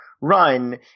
run